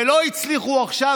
ולא הצליחו עכשיו,